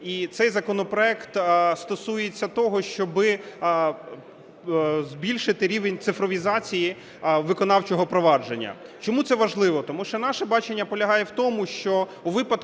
І цей законопроект стосується того, щоб збільшити рівень цифровізації виконавчого провадження. Чому це важливо? Тому що наше бачення полягає в тому, що у випадку,